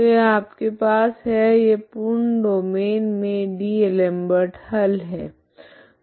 तो यह आपके पास है यह पूर्ण डोमैन मे डी'एलमबर्ट हल है